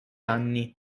anni